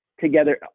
together